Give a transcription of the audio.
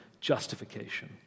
justification